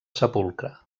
sepulcre